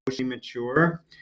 mature